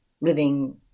living